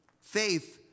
Faith